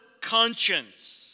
conscience